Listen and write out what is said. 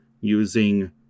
using